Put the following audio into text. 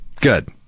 Good